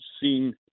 seen